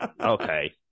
okay